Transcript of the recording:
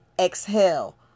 exhale